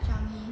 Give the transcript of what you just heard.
changi